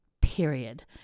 period